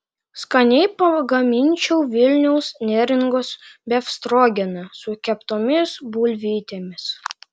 skaniai pagaminčiau vilniaus neringos befstrogeną su keptomis bulvytėmis